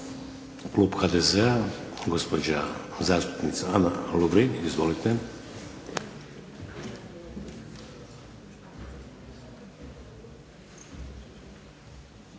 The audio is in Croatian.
Klub HDZ-a, gospođa zastupnica Ana Lovrin. Izvolite.